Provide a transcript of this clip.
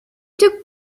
took